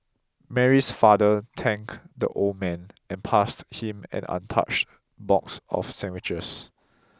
Mary's father thanked the old man and passed him an untouched box of sandwiches